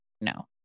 no